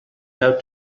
have